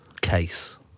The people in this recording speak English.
case